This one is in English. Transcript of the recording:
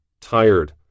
Tired